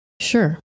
Sure